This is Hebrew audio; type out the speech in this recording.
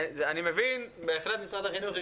אני מבין בהחלט את משרד החינוך שזה